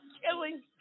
killing